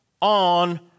on